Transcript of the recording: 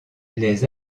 les